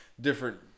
different